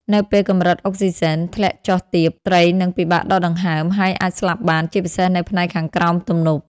នៅពេលកម្រិតអុកសុីសែនធ្លាក់ចុះទាប ត្រីនឹងពិបាកដកដង្ហើម ហើយអាចស្លាប់បាន ជាពិសេសនៅផ្នែកខាងក្រោមទំនប់។